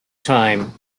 time